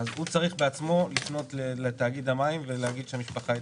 הוא צריך בעצמו לפנות לתאגיד המים ולהגיד שהמשפחה התרחבה.